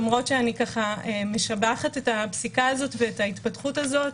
למרות שאני ככה משבחת את הפסיקה הזאת ואת ההתפתחות הזאת,